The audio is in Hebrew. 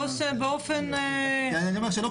בואו נעשה באופן --- אני אומר שלא